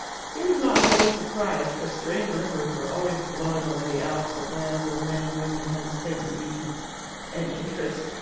he was not wholly surprised, for strange rumours were always blowing over the alps of lands where men and women had the same amusements and interests,